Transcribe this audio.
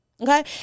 okay